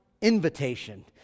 invitation